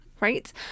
right